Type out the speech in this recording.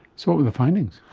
so what were the findings?